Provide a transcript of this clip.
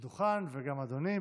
לדוכן, וגם אדוני.